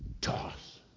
Toss